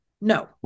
No